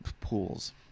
pools